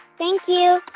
thank you